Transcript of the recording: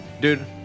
Dude